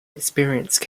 experienced